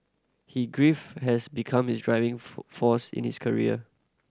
he grief has become his driving force in his career